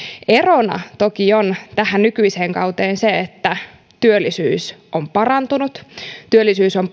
erona toki on tähän nykyiseen kauteen se että työllisyys on parantanut työllisyys on